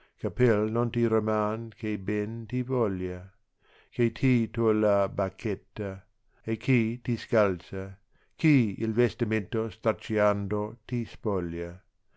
capei non ti riroan che ben ti rogliar chi ti to la bacchetta e chi ti scalza chi il testimento stracciando ti spoglia